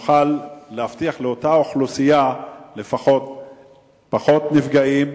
לאותה אוכלוסייה פחות נפגעים,